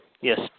Yes